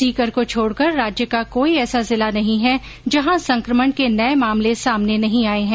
सीकर को छोड़कर राज्य का कोई ऐसा जिला नहीं है जहां संक्रमण के नये मामले सामने नहीं औये हैं